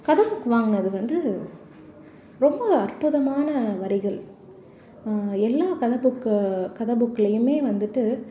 கதை புக் வாங்கினது வந்து ரொம்ப அற்புதமான வரிகள் எல்லா கதை புக் கதை புக்லேயுமே வந்துவிட்டு